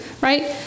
Right